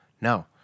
no